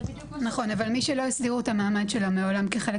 אבל מי שלא הסדירו את המעמד שלה מעולם כחלק